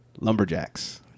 Lumberjacks